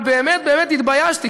אבל באמת התביישתי.